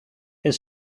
and